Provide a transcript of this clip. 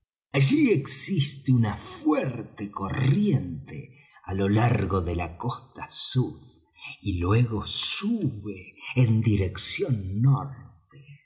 patrón allí existe una fuerte corriente á lo largo de la costa sud y luego sube en dirección norte